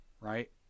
right